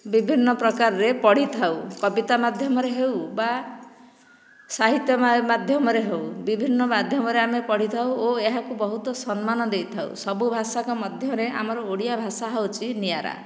ବିଭିନ୍ନ ପ୍ରକାରରେ ପଢ଼ିଥାଉ କବିତା ମାଧ୍ୟମରେ ହେଉ ବା ସାହିତ୍ୟ ମାଧ୍ୟମରେ ହେଉ ବିଭିନ୍ନ ମାଧ୍ୟମରେ ଆମେ ପଢ଼ିଥାଉ ଓ ଏହାକୁ ବହୁତ ସମ୍ମାନ ଦେଇଥାଉ ସବୁ ଭାଷାର ମଧ୍ୟରେ ଆମର ଓଡ଼ିଆ ଭାଷା ହେଉଛି ନିଆରା